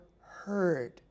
heard